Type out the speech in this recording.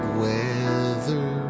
weather